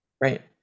Right